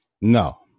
No